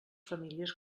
famílies